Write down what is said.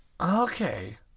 Okay